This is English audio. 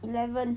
eleven